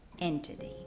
entity